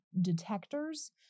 detectors